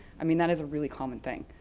i mean, that is a really common thing.